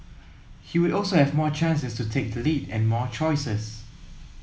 he would also have more chances to take the lead and more choices